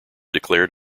declared